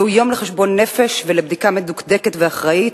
זהו יום לחשבון נפש ולבחינה מדוקדקת ואחראית,